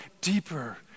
deeper